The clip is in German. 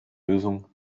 lösung